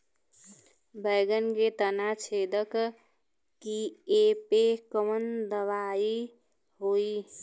बैगन के तना छेदक कियेपे कवन दवाई होई?